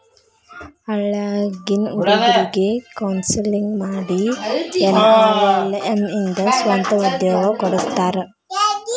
ಹಳ್ಳ್ಯಾಗಿನ್ ಹುಡುಗ್ರಿಗೆ ಕೋನ್ಸೆಲ್ಲಿಂಗ್ ಮಾಡಿ ಎನ್.ಆರ್.ಎಲ್.ಎಂ ಇಂದ ಸ್ವಂತ ಉದ್ಯೋಗ ಕೊಡಸ್ತಾರ